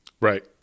Right